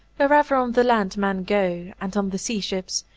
wherever on the land men go, and on the sea ships,